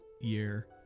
year